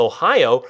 Ohio